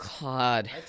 God